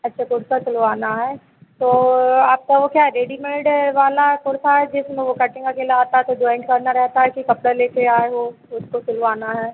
अच्छा कुर्ता सिलवाना है तो आपका वह क्या रेडीमेड वाला कुर्ता है जिसमें वह कटिन्ग अकेला आता है जो जॉइन्ट वाला रहता है कि कपड़ा लेकर आए हो उसको सिलवाना है